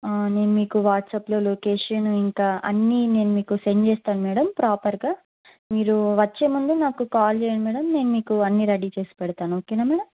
నేను మీకు వాట్సప్లో లొకేషన్ ఇంకా అన్నీ నేను మీకు సెండ్ చేస్తాను మేడం ప్రాపర్గా మీరు వచ్చేముందు నాకు కాల్ చేయండి మేడం నేను మీకు అన్నీ రెడీ చేసి పెడతాను ఓకేనా మేడం